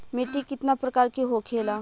मिट्टी कितना प्रकार के होखेला?